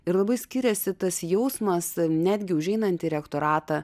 ir labai skiriasi tas jausmas netgi užeinant į rektoratą